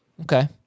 Okay